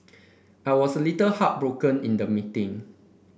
I was a little heartbroken in the meeting